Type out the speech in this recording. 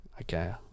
Okay